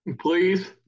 Please